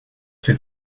for